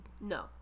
No